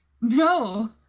No